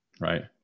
right